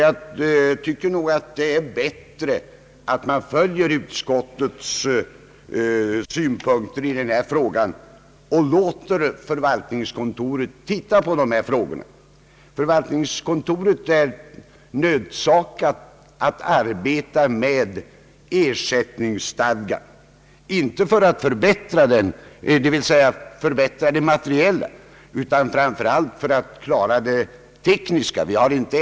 Jag tycker det är bättre att man följer utskottets synpunkter i detta fall och låter förvaltningskontoret titta på de här frågorna. Förvaltningskontoret är nödsakat att arbeta om ersättningsstadgan, inte för att förbättra de materiella förmånerna utan för att klara den tekniska sidan av saken.